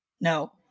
No